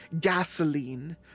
gasoline